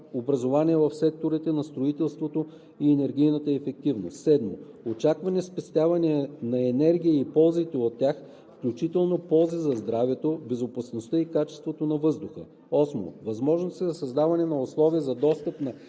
образование в секторите на строителството и енергийната ефективност; 7. очаквани спестявания на енергия и ползите от тях, включително ползите за здравето, безопасността и качеството на въздуха; 8. възможности за създаване на условия за достъп на